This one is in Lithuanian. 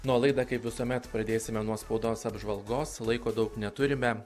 na o laidą kaip visuomet pradėsime nuo spaudos apžvalgos laiko daug neturime